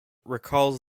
recalls